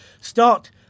start